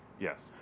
Yes